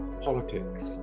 politics